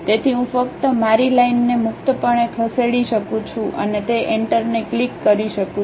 તેથી હું ફક્ત મારી લાઇનને મુક્તપણે ખસેડી શકું છું અને તે એન્ટરને ક્લિક કરી શકું છું